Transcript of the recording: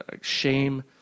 shame